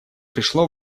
пришло